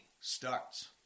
starts